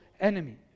enemy